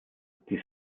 die